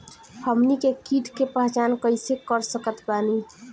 हमनी के कीट के पहचान कइसे कर सकत बानी?